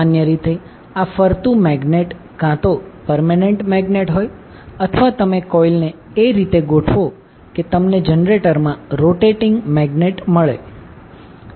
સામાન્ય રીતે આ ફરતું મેગ્નેટ કાં તો પરમેનેન્ટ મેગ્નેટ હોય અથવા તમે કોઇલને એવી રીતે ગોઠવો કે તમને જનરેટરમાં રોટેટીંગ મેગ્નેટ મળે